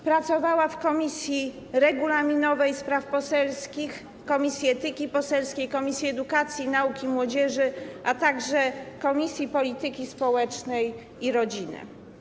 Pracowała w Komisji Regulaminowej i Spraw Poselskich, Komisji Etyki Poselskiej, Komisji Edukacji, Nauki i Młodzieży, a także Komisji Polityki Społecznej i Rodziny.